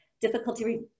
Difficulty